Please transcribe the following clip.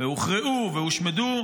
הוכרעו והושמדו,